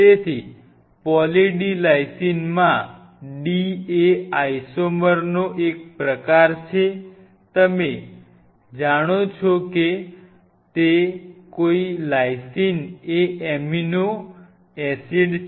તેથી poly D લાઈસિનમાં D એ આઇસોમરનો પ્રકાર છે અને જેમ તમે જાણો છો કે લાઇસિન એ એમિનો એસિડ છે